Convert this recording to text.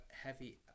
heavy